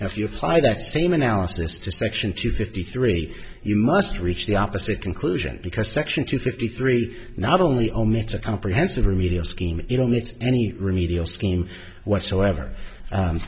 if you apply that same analysis to section two fifty three you must reach the opposite conclusion because section two fifty three not only omits a comprehensive remedial scheme you don't need any remedial scheme whatsoever